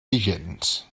vigents